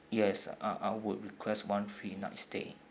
yes uh I would request one free night stay